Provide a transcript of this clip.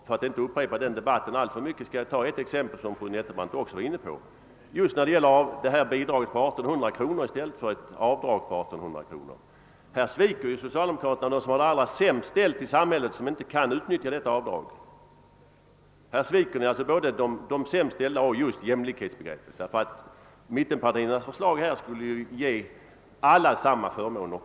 För att inte här upprepa den debatten alltför mycket skall jag bara ta ett exempel, som fru Nettelbrandt också var inne på, nämligen vårt förslag om ett bidrag på 1800 kr. i stället för avdraget på samma belopp. I det fallet svek socialdemo kraterna dem som har det sämst ställt i samhället och som inte kan utnyttja detta avdrag. Mittenpartiernas förslag däremot skulle ge alla samma förmåner.